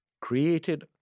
created